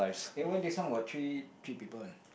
eh why this one got three three people [one]